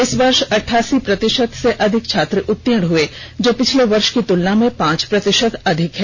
इस वर्ष अठ्ठासी प्रतिशत से अधिक छात्र उर्तीण हुए जो पिछले वर्ष की तुलना में पांच प्रतिशत अधिक है